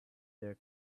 their